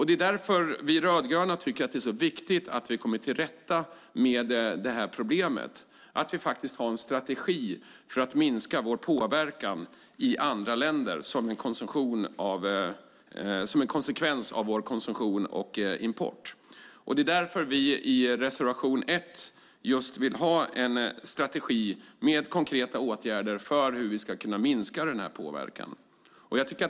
Det är därför vi rödgröna tycker att det är så viktigt att komma till rätta med det problemet och att vi har en strategi för att minska vår påverkan i andra länder som en konsekvens av vår konsumtion och import. Det är därför vi i reservation 1 vill ha en strategi med konkreta åtgärder för att vi ska kunna minska påverkan.